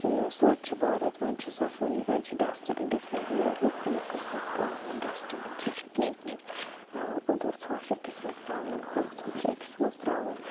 کہِ سوچھ بھارَت وۄنۍ چھِ صفٲیی وۄنۍ چھِ ڈَسٹبِن ڈِفرَنٹ مُختٔلِف قٕسمٕکۍ ڈَسٹبِن چھِکھ ییٚتہِ لٲگمٕتۍ اوٚدُر ژھۄٹھ چھُ أکِس مَنٛز ترٛاوُن ہوٚکھ ژھۄٹھ چھُ أکِس مَنٛز ترٛاوُن